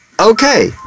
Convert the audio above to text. Okay